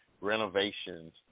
Renovations